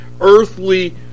earthly